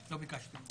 לא ביקשתי.